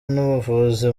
n’ubuvuzi